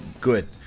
good